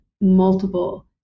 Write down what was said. multiple